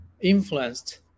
influenced